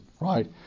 right